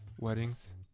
Weddings